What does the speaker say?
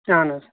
اَہَن حظ